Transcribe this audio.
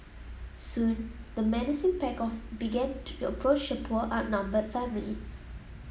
soon the menacing pack of began to approach the poor outnumbered family